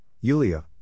Yulia